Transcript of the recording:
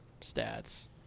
stats